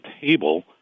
table